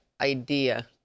idea